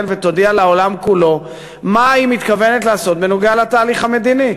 ותודיע לעולם כולו מה היא מתכוונת לעשות בנוגע לתהליך המדיני.